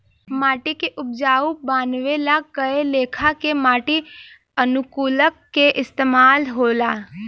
माटी के उपजाऊ बानवे ला कए लेखा के माटी अनुकूलक के इस्तमाल होला